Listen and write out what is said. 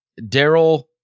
Daryl